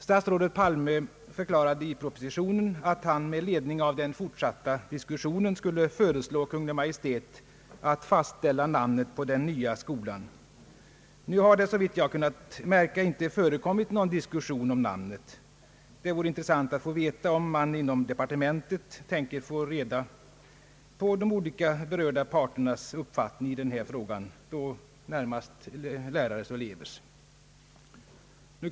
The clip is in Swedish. Statsrådet Palme förklarade i propositionen att han med ledning av den fortsatta diskussionen skulle föreslå Kungl. Maj:t att fastställa namnet på den nya skolan. Nu har det, såvitt jag kunnat märka, inte förekommit någon diskussion om namnet. Det vore intressant att få veta hur man inom departementet tänker ta reda på de olika berörda parternas uppfattning i denna fråga. Jag tänker då närmast på lärares och elevers uppfattning.